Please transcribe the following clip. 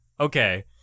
okay